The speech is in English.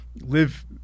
live